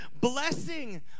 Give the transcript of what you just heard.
blessing